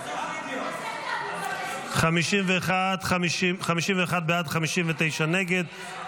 51 בעד, 59 נגד.